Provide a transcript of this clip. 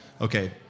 okay